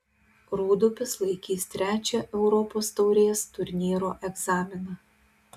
rūdupis laikys trečią europos taurės turnyro egzaminą